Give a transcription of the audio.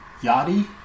Yachty